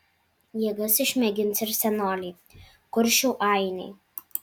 jėgas išmėgins ir senoliai kuršių ainiai